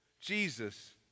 Jesus